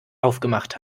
aufgemacht